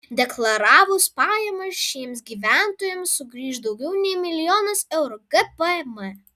deklaravus pajamas šiems gyventojams sugrįš daugiau nei milijonas eurų gpm